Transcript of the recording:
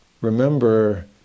Remember